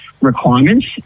requirements